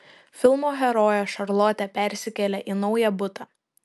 filmo herojė šarlotė persikelia į naują butą